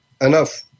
enough